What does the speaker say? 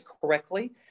correctly